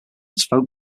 dance